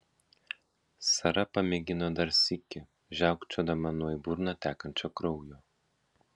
sara pamėgino dar sykį žiaukčiodama nuo į burną tekančio kraujo